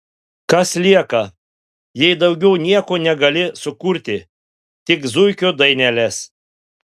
kas lieka jei daugiau nieko negali sukurti tik zuikio daineles